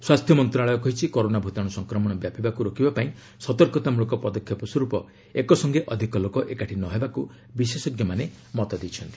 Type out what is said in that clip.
ସ୍ୱାସ୍ଥ୍ୟ ମନ୍ତ୍ରଣାଳୟ କହିଛି କରୋନା ଭୂତାଣ୍ର ସଂକ୍ରମଣ ବ୍ୟାପିବାକୁ ରୋକିବାପାଇଁ ସତର୍କତାମୂଳକ ପଦକ୍ଷେପସ୍ୱର୍ପ ଏକସଙ୍ଗେ ଅଧିକ ଲୋକ ଏକାଠି ନ ହେବାକ୍ ବିଶେଷଜ୍ଞମାନେ ମତ ଦେଇଛନ୍ତି